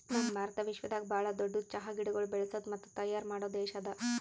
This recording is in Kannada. ನಮ್ ಭಾರತ ವಿಶ್ವದಾಗ್ ಭಾಳ ದೊಡ್ಡುದ್ ಚಹಾ ಗಿಡಗೊಳ್ ಬೆಳಸದ್ ಮತ್ತ ತೈಯಾರ್ ಮಾಡೋ ದೇಶ ಅದಾ